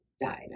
died